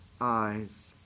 eyes